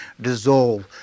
dissolve